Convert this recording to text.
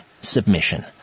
submission